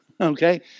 Okay